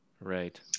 Right